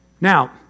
Now